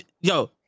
yo